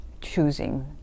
choosing